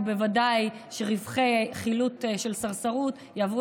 ובוודאי שרווחי חילוט של סרסרות יעברו